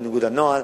בניגוד לנוהל.